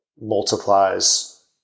multiplies